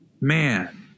Man